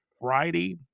Friday